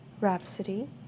Rhapsody